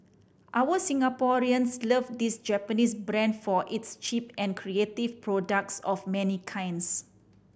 our Singaporeans love this Japanese brand for its cheap and creative products of many kinds